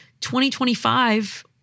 2025